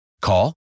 Call